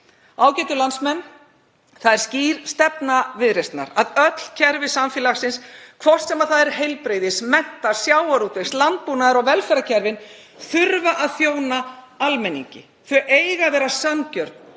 Ágætu landsmenn. Það er skýr stefna Viðreisnar að öll kerfi samfélagsins, hvort sem það er heilbrigðis-, mennta-, sjávarútvegs-, landbúnaðar- eða velferðarkerfin, þurfa og verða að þjóna almenningi. Þau eiga að vera sanngjörn,